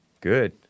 Good